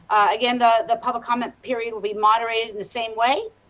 again the the public comment period will be moderated in the same way,